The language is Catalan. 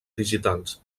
digitals